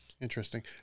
Interesting